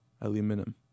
Aluminum